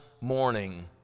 morning